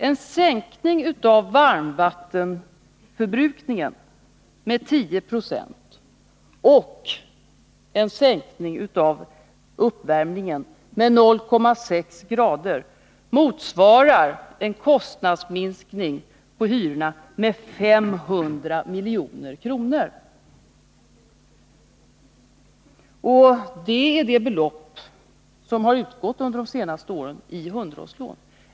En sänkning av varmvattenförbrukningen med 10 96 och en sänkning av uppvärmningen med 0,6 grader motsvarar en kostnadsminskning på hyrorna med 500 milj.kr. Det är det belopp som de senaste åren har utgått i underhållslån.